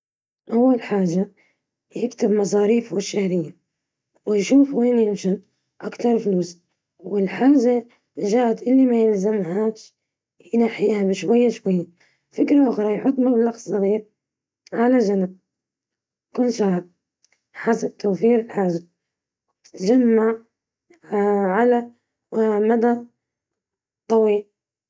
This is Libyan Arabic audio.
نقوله يحدد ميزانية شهرية ويكتب كل مصاريفه، يشوف الحاجات غير الضرورية ويقلل منها، بدل ما يشتري قهوة غالية كل يوم، يديرها في البيت، يجرب يحط جزء صغير من راتبه على جنب أول ما يقبضه.